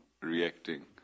reacting